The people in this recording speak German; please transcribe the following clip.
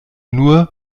nur